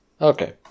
Okay